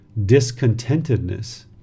discontentedness